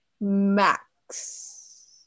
Max